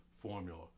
formula